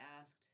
asked